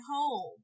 home